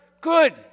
good